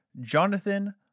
Jonathan